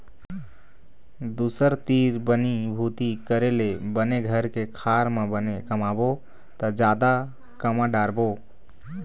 दूसर तीर बनी भूती करे ले बने घर के खार म बने कमाबो त जादा कमा डारबो